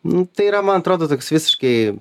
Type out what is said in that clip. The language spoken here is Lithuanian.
nu tai yra man atrodo toks visiškai